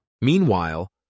Meanwhile